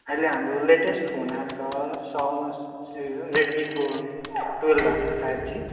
अहिले हाम्रो latest phone आएको छ रेडमीको ट्वेल्भ आएको छ फाइभ जी